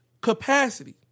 capacity